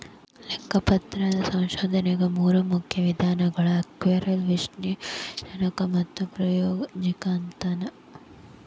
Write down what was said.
ಲೆಕ್ಕಪತ್ರದ ಸಂಶೋಧನೆಗ ಮೂರು ಮುಖ್ಯ ವಿಧಾನಗಳವ ಆರ್ಕೈವಲ್ ವಿಶ್ಲೇಷಣಾತ್ಮಕ ಮತ್ತು ಪ್ರಾಯೋಗಿಕ ಅಂತವ